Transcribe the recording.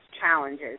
challenges